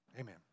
amen